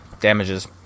damages